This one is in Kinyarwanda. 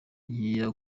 nkeya